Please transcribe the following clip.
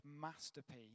masterpiece